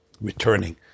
returning